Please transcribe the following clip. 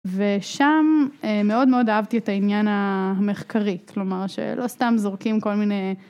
ושם מאוד מאוד אהבתי את העניין המחקרי, כלומר שלא סתם זורקים כל מיני...